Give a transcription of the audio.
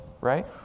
right